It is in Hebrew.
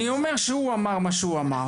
אני אומר שהוא אמר מה שהוא אמר,